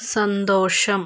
സന്തോഷം